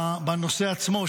בנושא עצמו,